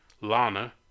Lana